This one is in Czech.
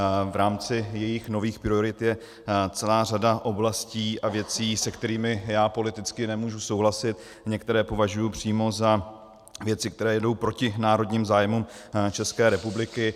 V rámci jejích nových priorit je celá řada oblastí a věcí, se kterými já politicky nemůžu souhlasit, některé považuji přímo za věci, které jdou proti národním zájmům České republiky.